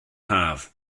haf